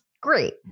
great